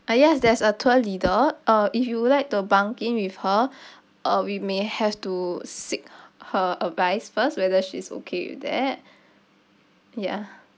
ah yes there's a tour leader uh if you would like to bunk in with her uh we may have to seek her advice first whether she's okay with that ya